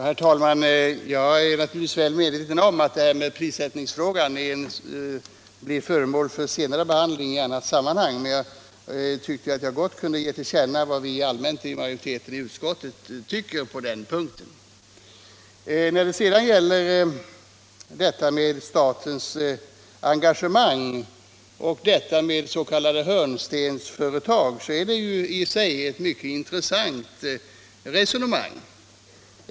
Herr talman! Jag är medveten om att prissättningsfrågan kommer att behandlas senare och i andra sammanhang, men jag tyckte att jag gott kunde ge till känna vad majoriteten i utskottet allmänt tycker på den punkten. Vad så gäller statens engagemang och de s.k. hörnstensföretagen är det ett i och för sig mycket intressant resonemang som där förs.